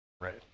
right